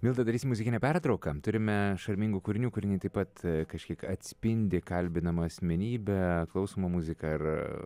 milda darysim muzikinę pertrauką turime šarmingų kūrinių kūriniai taip pat kažkiek atspindi kalbinamą asmenybę klausomą muziką ar